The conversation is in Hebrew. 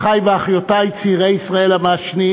אחי ואחיותי צעירי ישראל המעשנים,